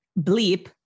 bleep